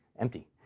empty.